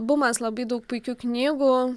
bumas labai daug puikių knygų